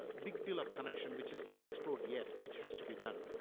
ah big deal of connection, which is not explored yet, which has to be done.